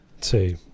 Two